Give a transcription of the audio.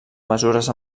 mesures